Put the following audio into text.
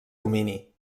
domini